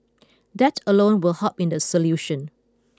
that alone will help in the solution